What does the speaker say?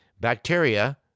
bacteria